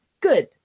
good